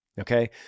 Okay